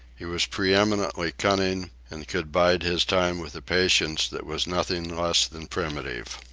he was preeminently cunning, and could bide his time with a patience that was nothing less than primitive.